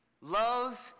Love